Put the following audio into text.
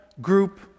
group